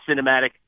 cinematic